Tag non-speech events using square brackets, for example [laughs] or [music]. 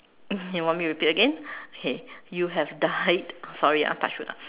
[laughs] you want me to repeat again okay you have died sorry ah touch wood ah